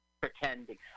pretending